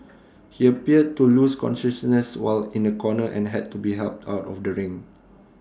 he appeared to lose consciousness while in A corner and had to be helped out of the ring